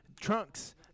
Trunks